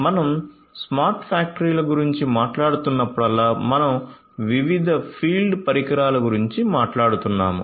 మనం స్మార్ట్ ఫ్యాక్టరీల గురించి మాట్లాడుతున్నప్పుడల్లా మనం వివిధ ఫీల్డ్ పరికరాల గురించి మాట్లాడుతున్నాము